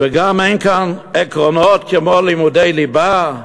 וגם אין כאן עקרונות כמו לימודי ליבה.